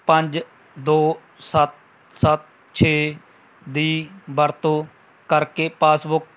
ਪੰਜ ਦੋ ਸੱਤ ਸੱਤ ਛੇ ਦੀ ਵਰਤੋਂ ਕਰਕੇ ਪਾਸਬੁੱਕ